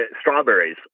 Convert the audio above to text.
strawberries